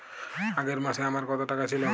আগের মাসে আমার কত টাকা ছিল?